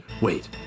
Wait